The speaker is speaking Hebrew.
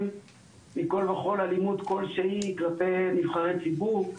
מכל וכל אלימות כלשהי כלפי נבחרי ציבור,